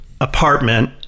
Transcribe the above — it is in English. apartment